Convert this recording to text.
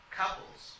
couples